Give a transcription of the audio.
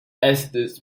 estes